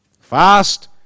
fast